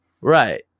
Right